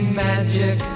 magic